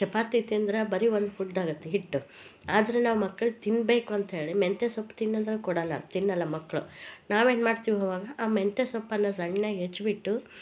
ಚಪಾತಿ ತಿಂದರೆ ಬರೀ ಒಂದು ಫುಡ್ ಆಗುತ್ತೆ ಹಿಟ್ಟು ಆದರೆ ನಾವು ಮಕ್ಕಳು ತಿನ್ನಬೇಕು ಅಂತ ಹೇಳಿ ಮೆಂತೆ ಸೊಪ್ಪು ತಿನ್ನು ಅಂದರೆ ಕೊಡಲ್ಲ ತಿನ್ನಲ್ಲ ಮಕ್ಕಳು ನಾವೇನು ಮಾಡ್ತೀವಿ ಆವಾಗ ಆ ಮೆಂತ್ಯೆ ಸೊಪ್ಪನ್ನ ಸಣ್ಣಗ ಹೆಚ್ಬಿಟ್ಟು